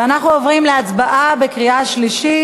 ואנחנו עוברים להצבעה בקריאה שלישית.